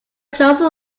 closer